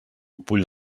bull